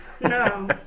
No